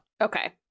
Okay